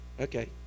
Okay